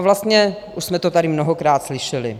Vlastně už jsme to tady mnohokrát slyšeli.